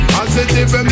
Positive